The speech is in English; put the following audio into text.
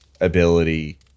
ability